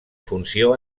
funció